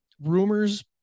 rumors